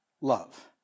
love